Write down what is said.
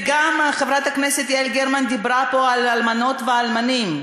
חברת הכנסת יעל גרמן גם דיברה פה על אלמנות ואלמנים.